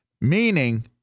Meaning